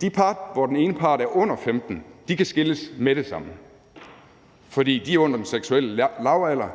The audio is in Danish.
De par, hvor den ene part er under 15 år, kan skilles med det samme, fordi de er under den seksuelle lavalder,